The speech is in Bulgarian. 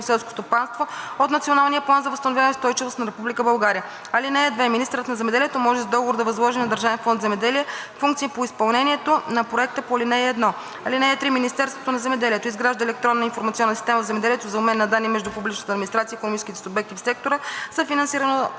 селско стопанство“ от Националния план за възстановяване и устойчивост на Република България. (2) Министърът на земеделието може с договор да възложи на Държавен фонд „Земеделие“ функции по изпълнението на проекта по ал. 1. (3) Министерството на земеделието изгражда Електронна информационна система в земеделието за обмен на данни между публичната администрация и икономическите субекти в сектора, съфинансирана